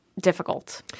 difficult